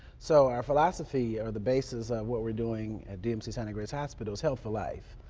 so, our philosophy or the basis what we are doing at dmc and grace hospital is health for life.